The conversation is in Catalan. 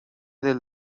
del